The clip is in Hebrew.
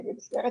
במסגרת